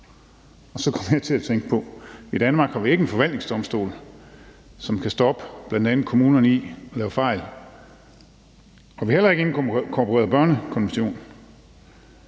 og så kom jeg til at tænke på, at i Danmark har vi ikke en forvaltningsdomstol, som kan stoppe bl.a. kommunerne i at lave fejl, og vi har heller ikke inkorporeret børnekonventionen,